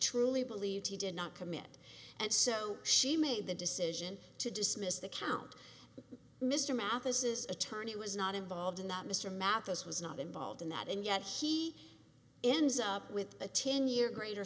truly believed he did not commit and so she made the decision to dismiss the count mr mathis's attorney was not involved in that mr mathis was not involved in that and yet he ends up with a ten year greater